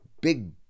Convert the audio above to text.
big